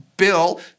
Bill